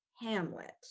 Hamlet